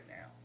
now